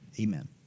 Amen